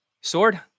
sword